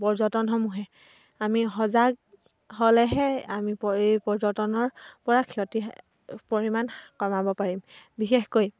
পৰ্যটনসমূহে আমি সজাগ হ'লেহে আমি এই পৰ্যটনৰ পৰা ক্ষতিৰ পৰিমাণ কমাব পাৰিম বিশেষকৈ